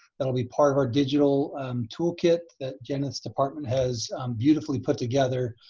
that'll be part of our digital toolkit that jenith's department has beautifully put together,